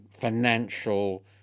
financial